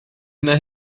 yna